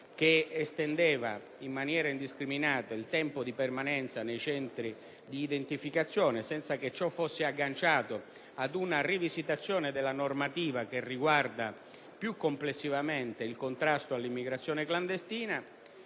che estendeva in maniera indiscriminata il tempo di permanenza nei centri di identificazione, senza che ciò fosse agganciato ad una rivisitazione della normativa che riguarda più complessivamente il contrasto all'immigrazione clandestina,